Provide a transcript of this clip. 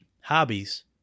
hobbies